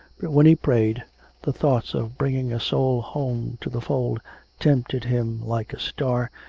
but when he prayed the thought of bringing a soul home to the fold tempted him like a star,